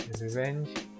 revenge